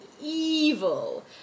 evil